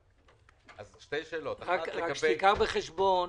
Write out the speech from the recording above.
קח בחשבון